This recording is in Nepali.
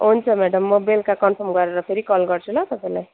हुन्छ म्याडम म बेलुका कन्फर्म गरेर फेरि कल गर्छु ल तपाईँलाई